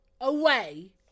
away